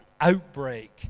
outbreak